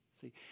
See